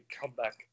comeback